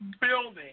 building